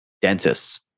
dentists